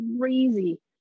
crazy